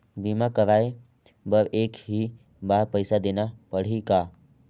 बीमा कराय बर एक ही बार पईसा देना पड़ही का?